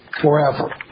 forever